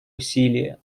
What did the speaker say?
усилия